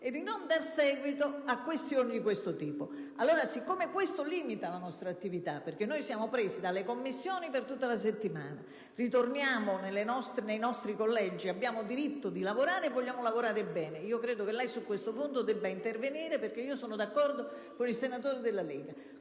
e di non dare seguito a questioni di questo tipo. Questo limita la nostra attività, perché siamo impegnati dalle Commissioni per tutta la settimana, poi ritorniamo nei nostri collegi, quindi abbiamo diritto di lavorare e vogliamo lavorare bene. Credo che lei su questo punto debba intervenire. Personalmente sono d'accordo con il senatore del